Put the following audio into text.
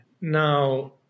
Now